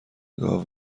گاو